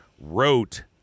wrote